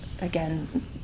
again